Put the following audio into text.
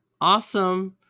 Awesome